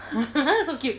so cute